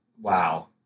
Wow